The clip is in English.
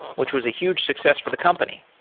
which was a huge success for the company.